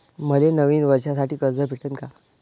मले नवीन वर्षासाठी कर्ज भेटन का?